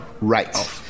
Right